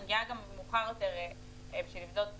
אני מגיעה גם מאוחר יותר בשביל לבדוק ---,